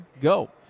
go